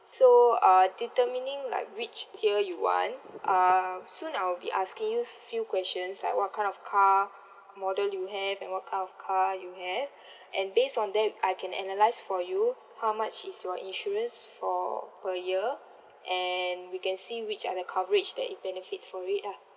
so uh determining like which tier you want uh soon I'll be asking you few questions like what kind of car model you have and what kind of car you have and based on that I can analyze for you how much is your insurance for per year and we can see which are the coverage that it benefits for it lah